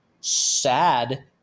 sad